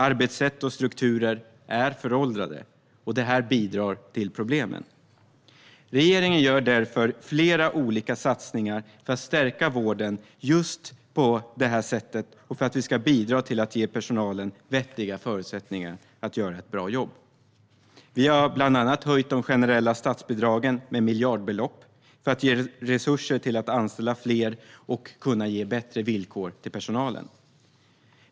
Arbetssätt och strukturer är föråldrade, och det här bidrar till problemen. Regeringen gör därför flera olika satsningar för att stärka vården just på det här sättet och för att vi ska bidra till att ge personalen vettiga förutsättningar att göra ett bra jobb. Vi har bland annat höjt de generella statsbidragen med miljardbelopp för att ge resurser till att anställa fler och kunna ge bättre villkor till personalen.